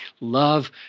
love